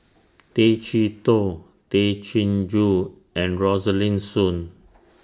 Tay Chee Toh Tay Chin Joo and Rosaline Soon